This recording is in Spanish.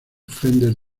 fender